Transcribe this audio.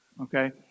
okay